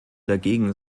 dagegen